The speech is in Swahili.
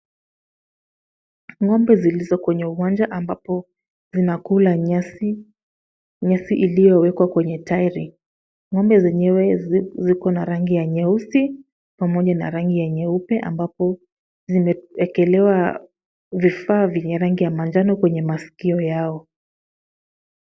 Ng'ombe zilizo kwenye uwanja ambapo zinakula nyasi iliyowekwa kwenye tairi.Ng'ombe zenyewe ziko na rangi ya nyeusi pamoja na rangi ya nyeupe ambapo zimeekelewa vifaa vyenye rangi ya manjano kwenye masikio yao.